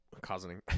causing